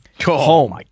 Home